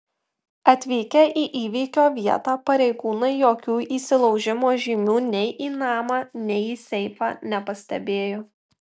atvykę į įvykio vietą pareigūnai jokių įsilaužimo žymių nei į namą nei į seifą nepastebėjo